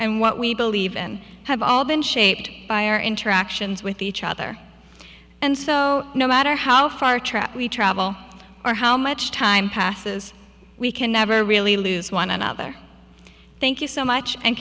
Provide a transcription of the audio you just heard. and what we believe in have all been shaped by our interactions with each other and so no matter how far we travel or how much time passes we can never really lose one another thank you so much and